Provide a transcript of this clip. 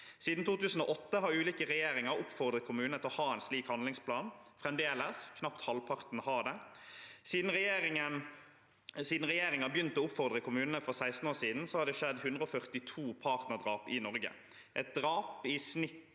Siden 2008 har ulike regjeringer oppfordret kommunene til å ha en slik handlingsplan. Fremdeles er det knapt halvparten som har det. Siden regjeringen begynte å oppfordre kommunene for 16 år siden, har det skjedd 142 partnerdrap i Norge.